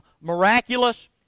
miraculous